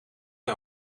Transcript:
hij